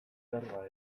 berba